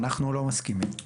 אנחנו לא מסכימים.